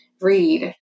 Read